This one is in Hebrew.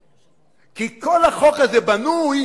כי כל החוק הזה בנוי